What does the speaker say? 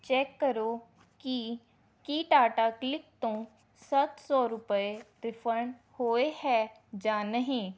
check ਕਰੋ ਕਿ ਕੀ ਟਾਟਾ ਕਲਿੱਕ ਤੋਂ ਸੱਤ ਸੌ ਰੁਪਏ ਰਿਫੰਡ ਹੋਏ ਹੈ ਜਾਂ ਨਹੀਂ